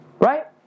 Right